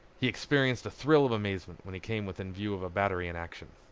he experienced a thrill of amazement when he came within view of a battery in action.